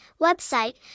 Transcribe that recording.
Website